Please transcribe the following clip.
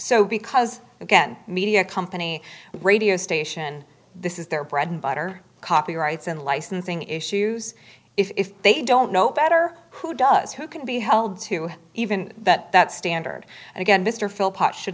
so because again media company radio station this is their bread and butter copyrights and licensing issues if they don't know better who does who can be held to even that that standard and again mr philip pot should